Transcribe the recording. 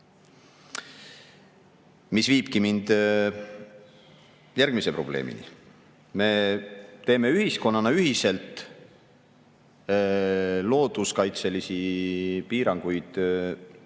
viibki mind järgmise probleemini. Me teeme ühiskonnana ühiselt looduskaitselisi piiranguid